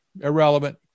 irrelevant